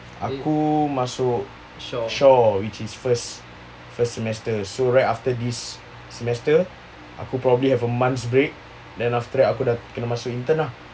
aku masuk shore which is first first semester so right after this semester aku probably has a month's break then after that aku dah kena masuk intern lah